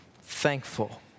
thankful